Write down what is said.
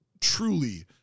truly